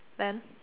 then